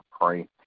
pray